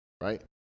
right